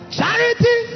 Charity